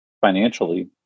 financially